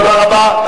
תודה רבה.